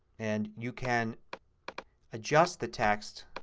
and you can adjust the text